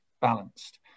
balanced